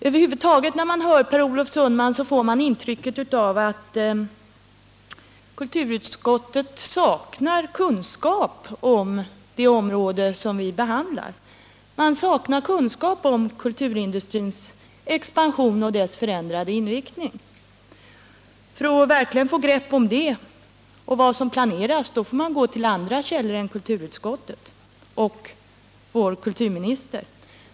Över huvud taget när man hör Per Olof Sundman får man ett intryck av att kulturutskottet saknar kunskap om det område som vi behandlar. Man saknar kunskap om kulturindustrins expansion och dess förändrade inriktning. För att verkligen få ett grepp om det och vad som planeras får man gå till andra källor än kulturutskottet och vår kulturminister.